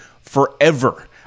forever